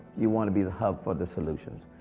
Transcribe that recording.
you want to be the hub for the solutions.